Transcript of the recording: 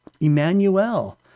Emmanuel